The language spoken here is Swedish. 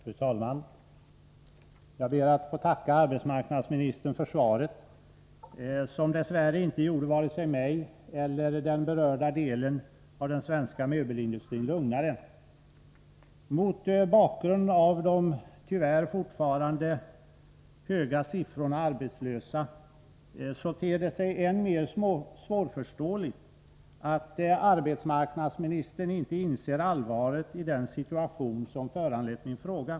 Fru talman! Jag ber att få tacka arbetsmarknadsministern för svaret, som dess värre inte gjorde vare sig mig eller den berörda delen av den svenska möbelindustrin lugnare. Mot bakgrund av de — tyvärr — fortfarande höga siffrorna över antalet arbetslösa ter det sig än mer svårförståeligt att arbetsmarknadsministern inte inser allvaret i den situation som föranlett min fråga.